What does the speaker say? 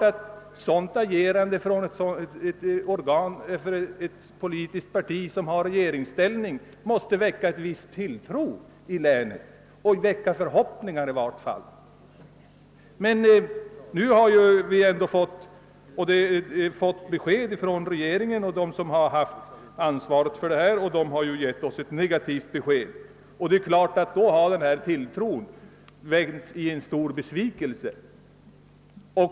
Ett sådant handlande av ett regionalt organ för ett politiskt parti som har regeringsställning måste naturligtvis väcka vissa förhoppningar i länet. Nu har vi fått besked från ansvarigt regeringshåll, och det är negativt. Därigenom har tilltron vänts i stor besvikelse.